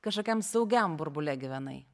kažkokiam saugiam burbule gyvenai